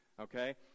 Okay